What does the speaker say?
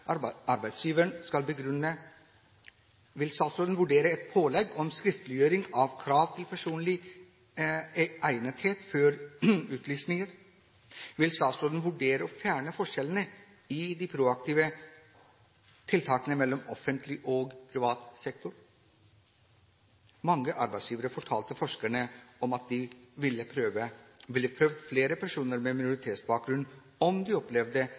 vurdere et pålegg om skriftliggjøring av krav til personlig egnethet før utlysninger? Vil statsråden vurdere å fjerne forskjellene i de proaktive tiltakene mellom offentlig og privat sektor? Mange av arbeidsgiverne fortalte forskerne at de ville prøvd flere personer med minoritetsbakgrunn om de opplevde